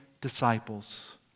disciples